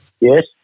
Yes